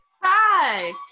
hi